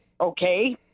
okay